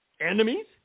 enemies